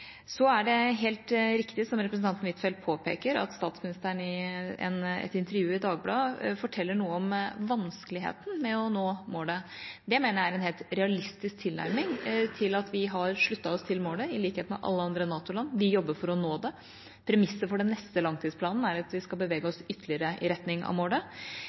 Det er helt riktig, som representanten Huitfeldt påpeker, at statsministeren i et intervju i Dagbladet forteller noe om vanskeligheten med å nå målet. Det mener jeg er en helt realistisk tilnærming til at vi har sluttet oss til målet, i likhet med alle andre NATO-land. Vi jobber for å nå det. Premisset for den neste langtidsplanen er at vi skal bevege oss ytterligere i retning av målet.